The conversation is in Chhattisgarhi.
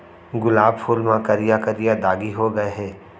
गुलाब फूल म करिया करिया दागी हो गय हे